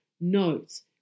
notes